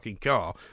Car